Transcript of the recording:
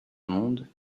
monde